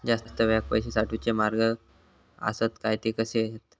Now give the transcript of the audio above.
जास्त वेळाक पैशे साठवूचे काय मार्ग आसत काय ते कसे हत?